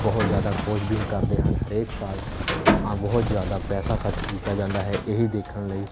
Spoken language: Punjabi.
ਬਹੁਤ ਜ਼ਿਆਦਾ ਖੋਜਬੀਨ ਕਰਦੇ ਹਨ ਹਰੇਕ ਸਾਲ ਬਹੁਤ ਜ਼ਿਆਦਾ ਪੈਸਾ ਖਰਚ ਕੀਤਾ ਜਾਂਦਾ ਹੈ ਇਹੀ ਦੇਖਣ ਲਈ